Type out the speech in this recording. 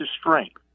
strength